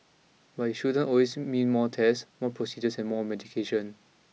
but it shouldn't always mean more tests more procedures and more medication